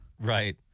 Right